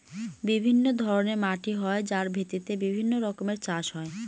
বিভিন্ন ধরনের মাটি হয় যার ভিত্তিতে বিভিন্ন রকমের চাষ হয়